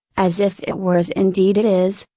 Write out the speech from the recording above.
as if it were as indeed it is,